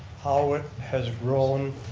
how it has grown,